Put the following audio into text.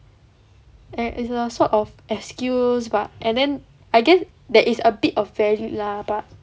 and it's a sort of excuse but and then I guess there is a bit of value lah but